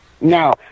no